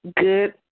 good